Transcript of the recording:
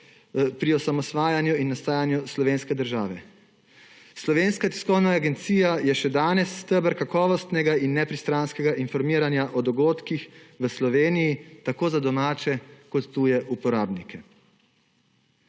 pri osamosvajanju in nastajanju slovenske države? Slovenska tiskovna agencija je še danes steber kakovostnega in nepristranskega informiranja o dogodkih v Sloveniji tako za domače kot tuje uporabnike.